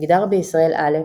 מגדר בישראל א,